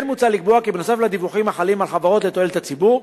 כן מוצע לקבוע כי בנוסף לדיווחים החלים על חברות לתועלת הציבור,